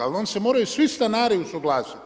Ali onda se moraju svi stanari usuglasiti.